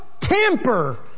tamper